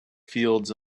fields